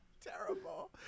Terrible